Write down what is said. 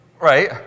Right